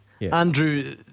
Andrew